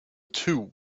two